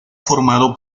formado